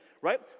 Right